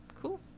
Cool